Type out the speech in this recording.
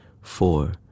four